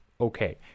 Okay